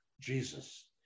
jesus